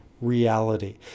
reality